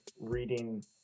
reading